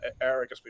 eric